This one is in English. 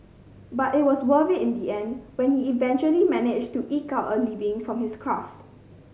but it was worth it in the end when he eventually managed to eke out a living from his craft